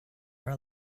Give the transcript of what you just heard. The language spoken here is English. are